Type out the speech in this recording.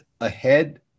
ahead